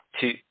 two